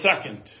second